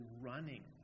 running